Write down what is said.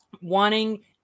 wanting